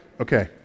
okay